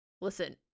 Listen